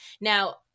Now